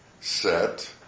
set